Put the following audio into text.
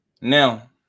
now